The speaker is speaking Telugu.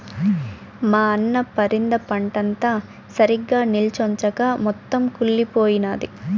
మా అన్న పరింద పంటంతా సరిగ్గా నిల్చొంచక మొత్తం కుళ్లిపోయినాది